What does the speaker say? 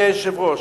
אדוני היושב-ראש,